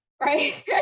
right